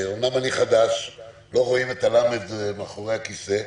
אומנם אני חדש ולא רואים את ה"ל" מאחורי הכיסא.